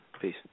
Peace